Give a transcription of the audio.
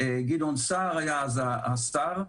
גדעון סער היה אז השר.